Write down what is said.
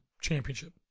championship